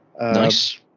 nice